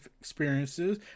experiences